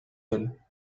elle